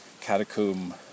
catacomb